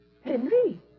Henry